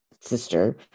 sister